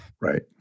Right